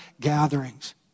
gatherings